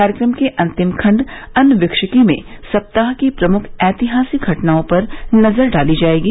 कार्यक्रम के अंतिम खंड अनविक्षिकी में सप्ताह की प्रमुख ऐतिहासिक घटनाओं पर नजर डाली जाएगी